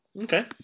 Okay